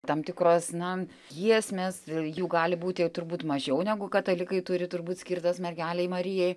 tam tikros na giesmės jų gali būti turbūt mažiau negu katalikai turi turbūt skirtas mergelei marijai